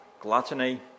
Gluttony